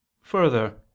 further